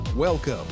Welcome